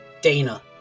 Dana